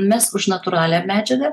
mes už natūralią medžiagą